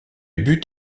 but